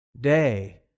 day